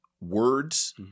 words